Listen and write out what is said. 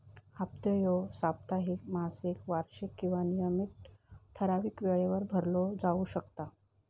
हप्तो ह्यो साप्ताहिक, मासिक, वार्षिक किंवा नियमित ठरावीक वेळेवर भरलो जाउ शकता